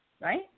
right